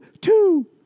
two